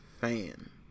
fan